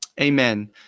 Amen